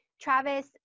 Travis